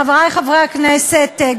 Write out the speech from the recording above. חברי חברי הכנסת,